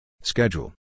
Schedule